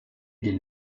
den